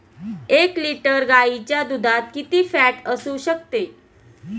एक लिटर गाईच्या दुधात किती फॅट असू शकते?